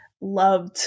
loved